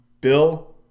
Bill